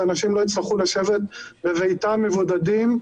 שאנשים לא יצטרכו לשבת בביתם מבודדים,